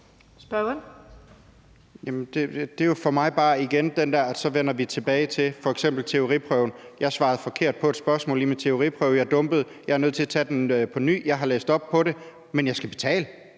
er vi for mig at se igen bare tilbage ved f.eks. teoriprøven. Jeg svarede forkert på et spørgsmål i min teoriprøve, og jeg dumpede. Jeg er nødt til at tage den på ny, og jeg har læst op på det, men jeg skal betale